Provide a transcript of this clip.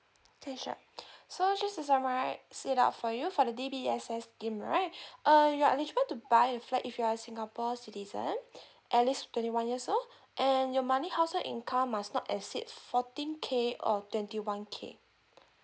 okay sure so just to summari~ it up for you for the D_B_S_S scheme right uh you're eligible to buy a flat if you are singapore citizen at least twenty one years old and your monthly household income must not exceed fourteen K or twenty one K